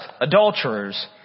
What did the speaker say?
adulterers